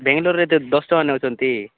ବାଙ୍ଗଲୋର୍ରେ ଦଶ ଟଙ୍କା ନେଉଛନ୍ତି